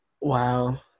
wow